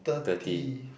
thirty